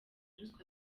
ruswa